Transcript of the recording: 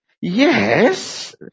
Yes